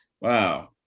Wow